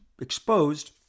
exposed